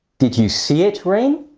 did you see it rain?